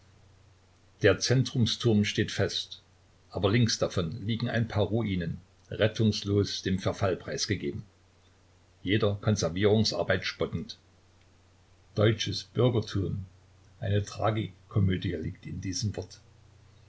der zentrumsturm steht fest aber links davon liegen ein paar ruinen rettungslos dem verfall preisgegeben jeder konservierungsarbeit spottend deutsches bürgertum eine tragikomödie liegt in diesem wort